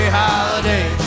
holiday